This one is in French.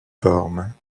forme